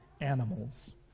animals